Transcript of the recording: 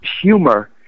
humor